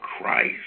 Christ